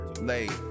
late